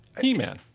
He-Man